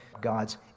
God's